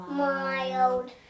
mild